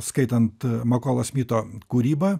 skaitant makolo smito kūrybą